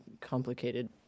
complicated